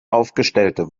aufgestellte